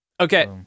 Okay